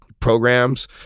programs